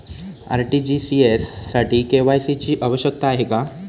RTGS साठी KYC ची आवश्यकता आहे का?